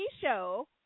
show